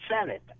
Senate